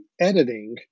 editing